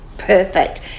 perfect